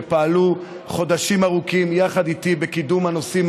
שפעלו חודשים ארוכים יחד איתי בקידום הנושאים